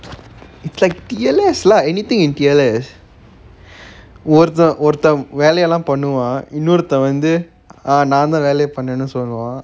it's like tearless lah anything in tearless ஒருத்தன் ஒருத்தன் வேலையெல்லாம் பண்ணுவான் இன்னொருத்தன் வந்து:oruthan oruthan velayellam pannuvan innoruthan vanthu ah நாந்தான் வேலையப் பண்ணன்னு சொல்லுவான்:nanthan velayap pannannu solluvan